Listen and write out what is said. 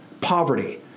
poverty